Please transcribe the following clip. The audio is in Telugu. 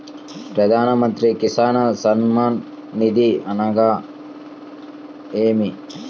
ప్రధాన మంత్రి కిసాన్ సన్మాన్ నిధి అనగా ఏమి?